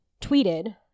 tweeted